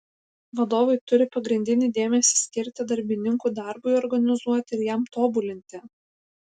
vadovai turi pagrindinį dėmesį skirti darbininkų darbui organizuoti ir jam tobulinti